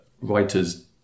writers